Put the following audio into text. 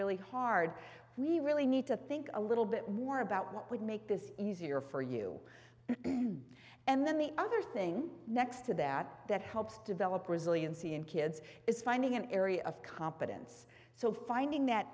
really hard we really need to think a little bit more about what would make this easier for you to do and then the other thing next to that that helps develop resiliency in kids is finding an area of competence so finding that